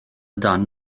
dan